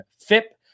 FIP